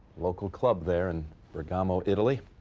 local club there in bergamo italy.